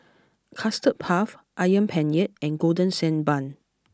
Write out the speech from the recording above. Custard Puff Ayam Penyet and Golden Sand Bun